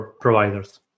providers